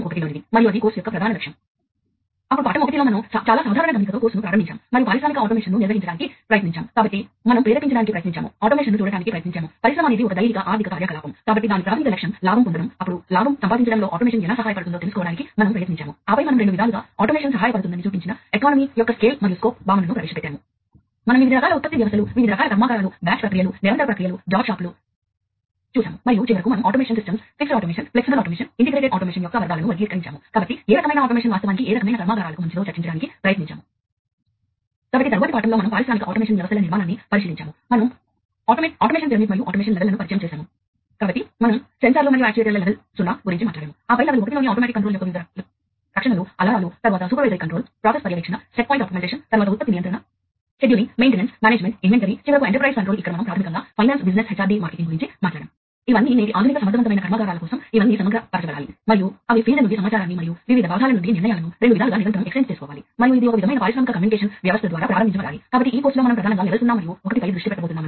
బోధనా లక్ష్యాలు మొదట విద్యార్థులు ప్రణాళికాబద్ధమైన నెట్వర్క్ కోసం ప్రాథమిక ప్రేరణలను వివరించగలుగుతారు ప్రాసెస్ ఆటోమేషన్ కోసం నెట్వర్క్ను కలిగి ఉండటానికి ఇది ఎలా సహాయపడుతుంది ఈ ఉపన్యాసం యొక్క మొదటి భాగంలో వివరిస్తారు ఇది తదుపరి పాఠంలో అనుసరించబడుతుంది భౌతిక నెట్వర్క్ నిర్మాణాన్ని వివరించవచ్చు వివిధ వైర్లు ఎలా అనుసంధానించబడి ఉన్నాయి మరియు ఇన్స్టాలేషన్ కమీషనింగ్ పరంగా ఇది ఎలాంటి ప్రయోజనాలను తెస్తుంది రెండవది ఇది ఫీల్డ్బస్ నెట్వర్క్ ప్రోటోకాల్ మొత్తం నెట్వర్క్ ప్రోటోకాల్ నిర్మాణాన్ని వివరిస్తుంది కంప్యూటర్ కమ్యూనికేషన్ వాస్తవానికి సంక్లిష్టమని మనకు తెలుసు ప్రోటోకాల్ ఇక్కడ సాఫ్ట్వేర్ పొరలు ఉన్నాయి మరియు అవి భౌగోళికంగా రెండు దూర పరికరాల మధ్య సంభాషణను గ్రహించడానికి ఒకదానితో ఒకటి మాట్లాడుతాయి